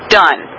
done